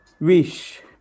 Wish